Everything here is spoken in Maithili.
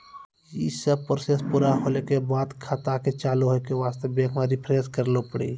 यी सब प्रोसेस पुरा होला के बाद खाता के चालू हो के वास्ते बैंक मे रिफ्रेश करैला पड़ी?